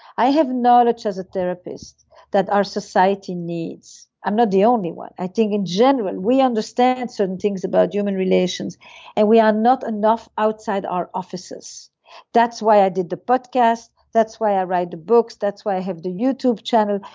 i have knowledge as a therapist that our society needs. i'm not the only one. i think in general, we understand certain things about human relations and we are not enough outside our offices that's why i did the but podcast, that's why i write the books, that's why i have the youtube channel.